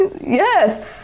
Yes